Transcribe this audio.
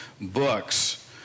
books